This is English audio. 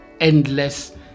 endless